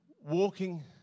walking